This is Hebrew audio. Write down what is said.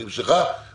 לי,